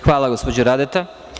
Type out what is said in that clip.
Hvala, gospođo Radeta.